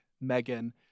Megan